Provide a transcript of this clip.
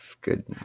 good